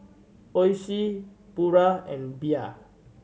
Oishi Pura and Bia